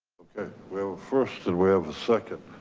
okay. well first and we have a second,